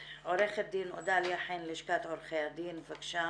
עורכת דין אודליה חן, לשכת עורכי הדין, בבקשה.